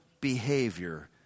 behavior